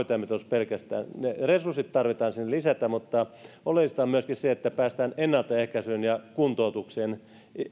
pelkästään tämä hoitajamitoitus ne resurssit tarvitsee sinne lisätä mutta oleellista on myöskin se että päästään ennaltaehkäisyyn ja kuntoutukseen